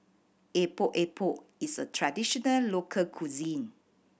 Epok Epok is a traditional local cuisine